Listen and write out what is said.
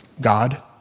God